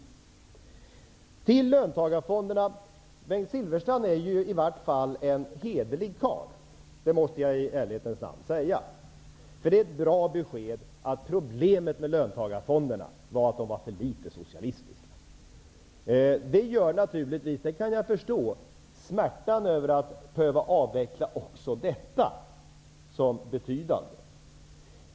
Jag går nu över till löntagarfonderna. Bengt Silfverstrand är i alla fall en hederlig karl -- det måste jag i ärlighetens namn erkänna. Det är ett bra besked att problemet med löntagarfonderna var att de var för litet socialistiska. Jag förstår att det gör smärtan över att behöva avveckla också detta betydande.